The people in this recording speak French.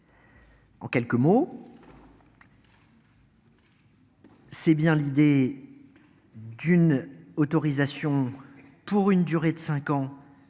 En quelques mots. C'est bien l'idée. D'une autorisation pour une durée de 5 ans